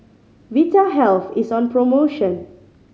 Vitahealth is on promotion